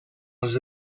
els